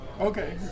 Okay